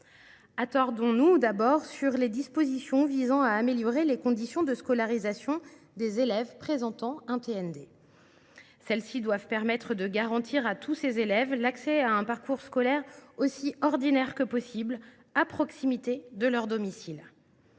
Attardons nous, tout d’abord, sur les dispositions visant à améliorer les conditions de scolarisation des élèves présentant un TND. Celles ci doivent permettre de garantir à tous ces élèves l’accès à un parcours scolaire aussi ordinaire que possible et à proximité de leur domicile.